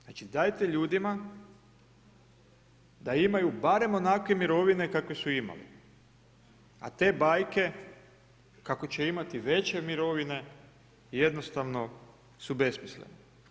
Znači dajte ljudima da imaju barem onakve mirovine kakve su imali a te bajke kako će imati veće mirovine, jednostavno su besmislene.